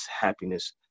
happiness